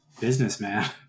businessman